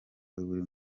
buri